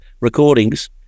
recordings